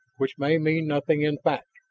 which may mean nothing in fact.